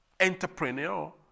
entrepreneur